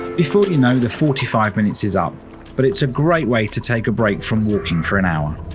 before you know the forty five minutes is up but it's a great way to take a break from walking for an hour.